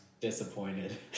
disappointed